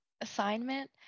assignment